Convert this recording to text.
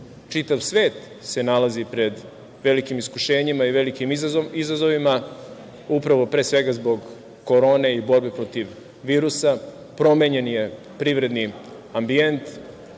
čitav svet se nalazi pred velikim iskušenjima i velikim izazovima, upravo, pre svega, zbog Korone i borbe protiv virusa. Promenjen je privredni ambijent.